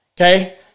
Okay